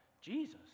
Jesus